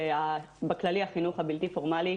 ובכללי החינוך הבלתי פורמלי,